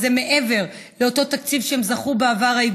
וזה מעבר לאותו תקציב שהאיגודים זכו בו בעבר.